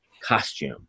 costume